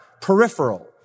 peripheral